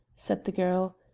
said the girl.